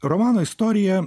romano istorija